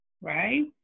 Right